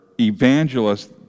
evangelist